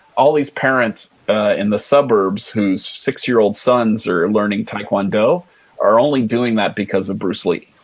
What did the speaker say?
all these parents in the suburbs whose six-year-old sons are learning taekwondo are only doing that because of bruce lee.